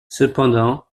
cependant